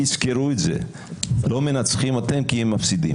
לא מנצחים אלא מפסידים.